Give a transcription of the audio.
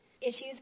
issues